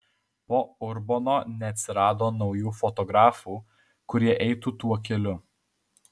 po urbono neatsirado naujų fotografų kurie eitų tuo keliu